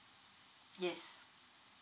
yes